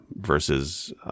versus